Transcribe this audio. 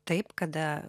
taip kada